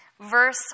Verse